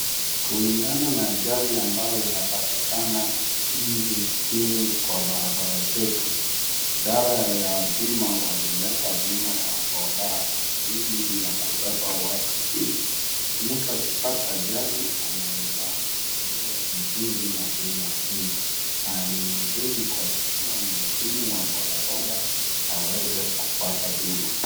Kulingana na ajali ambayo inapatikana nchini kwa barabara zetu, idara ya bima walileta bima ya boda ili ya kubeba watu, mtu akipata ajali anaeza hudumiwa vizuri na bima hii na ni vizuri kwa kila mhudumu wa bodaboda aweze kupata bima.